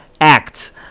acts